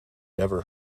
never